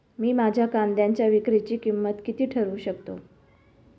मी माझ्या कांद्यांच्या विक्रीची किंमत किती ठरवू शकतो?